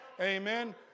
Amen